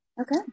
okay